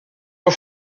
une